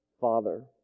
Father